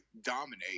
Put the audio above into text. dominate